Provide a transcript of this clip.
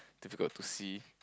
difficult to see